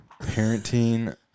parenting